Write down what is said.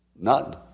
none